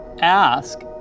ask